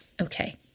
Okay